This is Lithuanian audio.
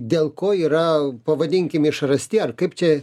dėl ko yra pavadinkim išrasti ar kaip čia